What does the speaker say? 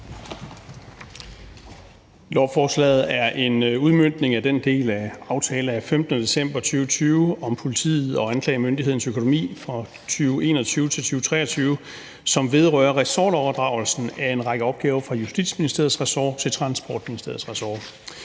Lovforslaget er en udmøntning af den del af aftalen af 15. december 2020 om politiet og anklagemyndighedens økonomi fra 2021 til 2023, som vedrører ressortoverdragelsen af en række opgaver fra Justitsministeriets ressort til Transportministeriets ressort.